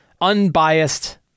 unbiased